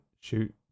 shoot